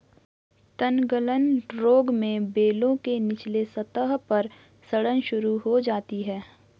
तनगलन रोग में बेलों के निचले सतह पर सड़न शुरू हो जाती है